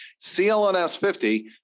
clns50